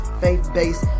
faith-based